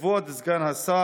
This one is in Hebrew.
אדוני היושב-ראש, אדוני סגן השר,